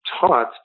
taught